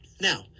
now